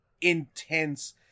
intense